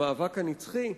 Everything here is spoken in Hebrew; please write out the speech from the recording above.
המאבק הנצחי.